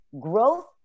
growth